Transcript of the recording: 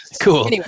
Cool